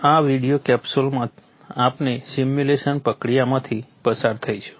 આ વિડિઓ કેપ્સ્યુલમાં આપણે સિમ્યુલેશન પ્રક્રિયામાંથી પસાર થઈશું